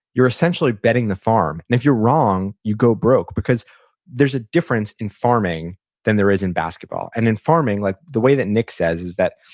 you're essentially betting the farm and if you're wrong, you go broke, because there's a difference in farming than there is in basketball, and in farming like the way, that nick says is that,